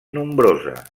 nombrosa